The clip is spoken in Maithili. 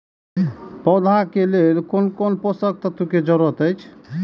पौधा के लेल कोन कोन पोषक तत्व के जरूरत अइछ?